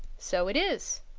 so it is!